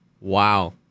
Wow